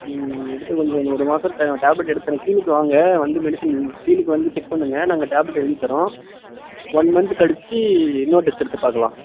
எடுத்து கொஞ்சம் இந்த ஒரு மாதம் டேப்லெட் எடுத்து தர்றேன் கிளினிக் வாங்க வந்து மெடிசன் கிளினிக் வந்து செக் பண்ணுங்கள் நாங்கள் டேப்லெட் எழுதி தர்றோம் ஒன் மந்த்து கழித்து இன்னொரு டெஸ்ட் எடுத்து பார்க்கலாம்